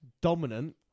dominant